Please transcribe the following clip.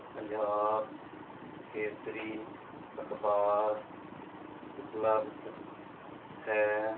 ਪੰਜਾਬ ਕੇਸਰੀ ਅਖਬਾਰ ਉਪਲਬਧ ਹੈ